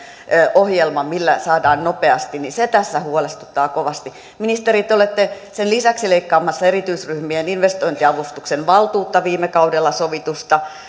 ohjelma millä saadaan muutoksia nopeasti se tässä huolestuttaa kovasti ministeri te olette sen lisäksi leikkaamassa erityisryhmien investointiavustuksen valtuutta viime kaudella sovitusta